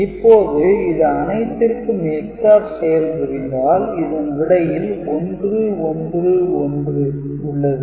இப்போது இது அனைத்திற்கும் EX - OR செயல் புரிந்தால் இதன் விடையில் 111 உள்ளது